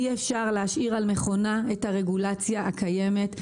אי אפשר להשאיר על מכונה את הרגולציה הקיימת.